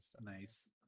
Nice